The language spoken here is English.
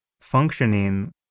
functioning